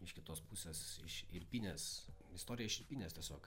iš kitos pusės iš irpynės istorija iš irpynės tiesiog